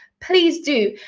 please do.